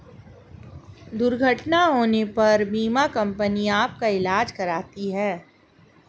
दुर्घटना होने पर बीमा कंपनी आपका ईलाज कराती है